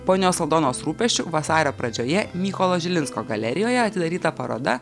ponios aldonos rūpesčiu vasario pradžioje mykolo žilinsko galerijoje atidaryta paroda